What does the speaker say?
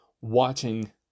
watching